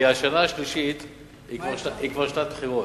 כי השנה השלישית היא כבר שנת בחירות.